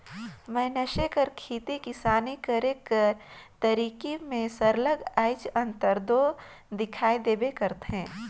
मइनसे कर खेती किसानी करे कर तरकीब में सरलग आएज अंतर दो दिखई देबे करथे